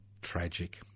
tragic